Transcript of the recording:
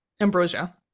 ambrosia